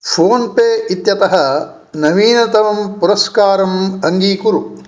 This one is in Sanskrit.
फ़ोन्पे इत्यतः नवीनतमं पुरस्कारम् अङ्गीकुरु